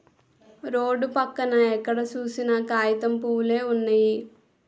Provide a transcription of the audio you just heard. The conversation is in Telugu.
రోడ్డు పక్కన ఎక్కడ సూసినా కాగితం పూవులే వున్నయి